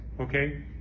Okay